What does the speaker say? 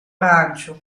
arancio